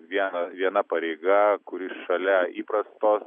viena viena pareiga kuri šalia įprastos